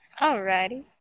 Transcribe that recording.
Alrighty